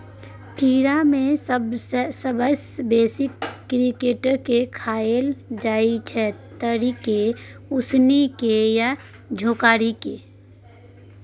कीड़ा मे सबसँ बेसी क्रिकेट केँ खाएल जाइ छै तरिकेँ, उसनि केँ या झोराए कय